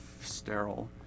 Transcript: sterile